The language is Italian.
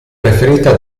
preferita